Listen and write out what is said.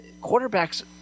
Quarterbacks